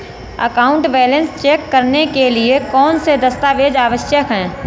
Account balance check करने के लिए कौनसे दस्तावेज़ आवश्यक हैं?